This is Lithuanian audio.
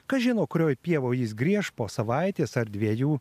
kas žino kurioj pievoj jis grieš po savaitės ar dviejų